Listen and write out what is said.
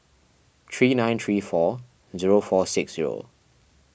three nine three four zero four six zero